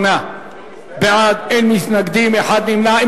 68 בעד, אין מתנגדים, נמנע אחד.